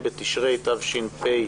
סדר-היום: